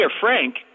Frank